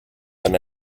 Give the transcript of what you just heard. than